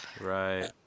right